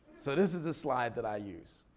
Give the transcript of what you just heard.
so this is a slide that i use.